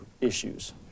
issues